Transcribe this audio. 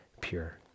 pure